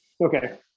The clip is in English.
Okay